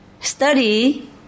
Study